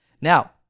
Now